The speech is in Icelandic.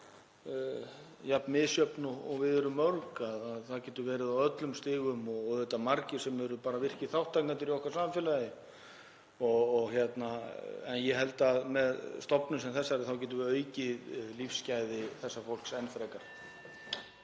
jafn misjöfn og við erum mörg, getur verið á öllum stigum og auðvitað eru margir virkir þátttakendur í okkar samfélagi. En ég held að með stofnun sem þessari þá getum við aukið lífsgæði þessa fólks enn frekar.